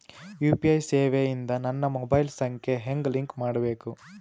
UPI ಸೇವೆ ಇಂದ ನನ್ನ ಮೊಬೈಲ್ ಸಂಖ್ಯೆ ಹೆಂಗ್ ಲಿಂಕ್ ಮಾಡಬೇಕು?